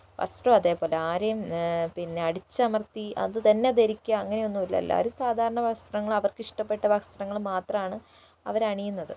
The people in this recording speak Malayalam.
വസ്ത്രവും അതേപോലെ ആരെയും പിന്നെ അടിച്ചമർത്തി അതുതന്നെ ധരിക്ക അങ്ങനെ ഒന്നും ഇല്ല എല്ലാവരും സാധാരണ വസ്ത്രങ്ങൾ അവർക്കിഷ്ടപ്പെട്ട വസ്ത്രങ്ങളും മാത്രമാണ് അവരണിയുന്നത്